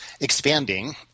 expanding